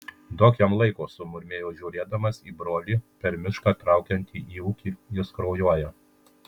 duok jam laiko sumurmėjo žiūrėdamas į brolį per mišką traukiantį į ūkį jis kraujuoja